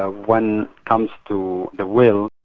ah when comes to the will.